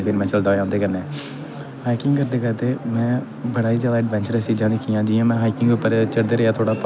hiking करदे करदे में बड़ा ही जैदा एडवैंचर्स चीजां कित्तियां जियां में हाइकिंग उप्पर चढ़दे गेआ थोह्ड़ा प्हाड़ बगैरा चढ़दा गेआ